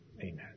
Amen